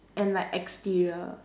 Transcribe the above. and like exterior